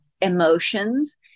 emotions